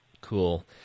Cool